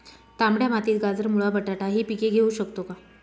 तांबड्या मातीत गाजर, मुळा, बटाटा हि पिके घेऊ शकतो का?